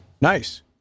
Nice